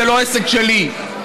זה לא עסק שלי.